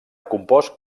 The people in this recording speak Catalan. compost